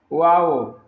wow